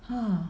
!huh!